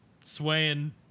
swaying